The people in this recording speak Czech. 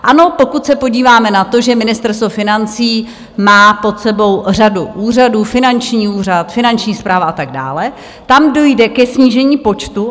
Ano, pokud se podíváme na to, že Ministerstvo financí má pod sebou řadu úřadů, Finanční úřad, Finanční správa a tak dále, tam dojde ke snížení počtu.